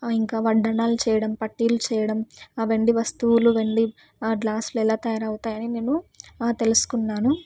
ఇంకా వడ్డానాలు చేయడం పట్టీలు చేయడం వెండి వస్తువులు వెండి గ్లాస్లో ఎలా తయారవుతాయని నేను తెలుసుకున్నాను